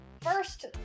first